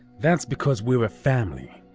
that's because we're a family.